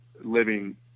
living